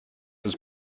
has